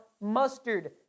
mustard